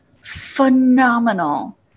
phenomenal